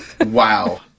Wow